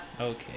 Okay